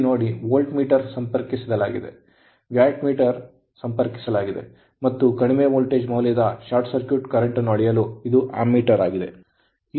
ಇಲ್ಲಿ ನೋಡಿ volt meter ಸಂಪರ್ಕಿಸಲಾಗಿದೆ ವ್ಯಾಟ್ ಮೀಟರ್ ಸಂಪರ್ಕಿಸಲಾಗಿದೆ ಮತ್ತು ಕಡಿಮೆ ವೋಲ್ಟೇಜ್ ಮೌಲ್ಯದ ಶಾರ್ಟ್ ಸರ್ಕ್ಯೂಟ್ ಕರೆಂಟ್ ಅನ್ನು ಅಳೆಯಲು ಇದು ಆಮ್ಮೀಟರ್ ಆಗಿದೆ